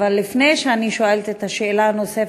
אבל לפני שאני שואלת את השאלה הנוספת,